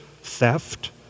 theft